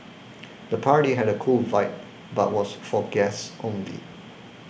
the party had a cool vibe but was for guests only